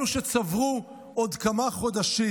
אלו שצברו עוד כמה חודשים.